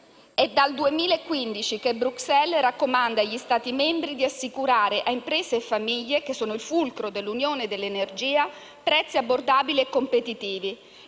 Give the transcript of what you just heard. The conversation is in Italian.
È dal 2015 che Bruxelles raccomanda agli Stati membri di assicurare a imprese e famiglie, che sono il fulcro dell'Unione e dell'energia, prezzi abbordabili e competitivi.